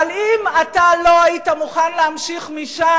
אבל אם אתה לא היית מוכן להמשיך משם,